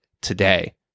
today